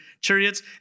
chariots